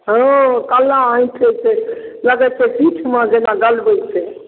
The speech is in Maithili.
हँ कल्ला ऐँठै छै लगै छै पीठमे जेना गलबै छै